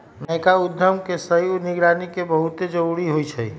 नयका उद्यम के सही निगरानी के बहुते जरूरी होइ छइ